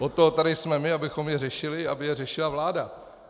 Od toho tady jsme my, abychom je řešili, aby je řešila vláda.